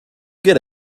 get